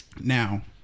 Now